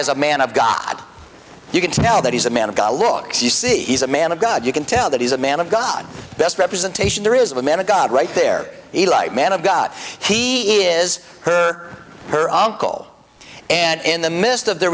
is a man of god you can tell that he's a man of god looks you see he's a man of god you can tell that he's a man of god best representation there is a man of god right there the light man of god he is her her uncle and in the midst of their